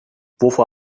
wovor